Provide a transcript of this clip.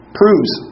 proves